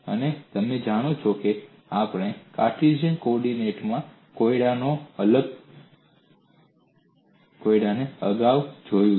અને તમે જાણો છો કે આપણે કાર્ટેશિયન કોઓર્ડિનેટ્સમાં કોયડાને અગાઉ જોઈ છે